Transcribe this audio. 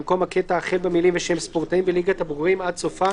במקום הקטע החל במילים "ושהם ספורטאים בליגת הבוגרים" עד סופה